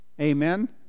Amen